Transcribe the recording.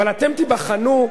אבל אתם תיבחנו,